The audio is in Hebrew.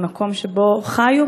מהמקום שבו חיו,